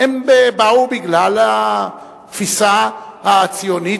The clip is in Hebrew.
באו בגלל התפיסה הציונית,